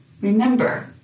remember